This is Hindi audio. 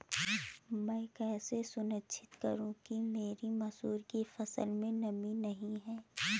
मैं कैसे सुनिश्चित करूँ कि मेरी मसूर की फसल में नमी नहीं है?